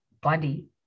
body